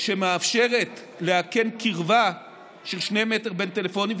שמאפשרת לאכן קרבה של שני מטר בין טלפונים,